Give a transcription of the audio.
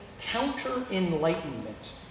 counter-enlightenment